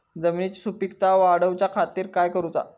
जमिनीची सुपीकता वाढवच्या खातीर काय करूचा?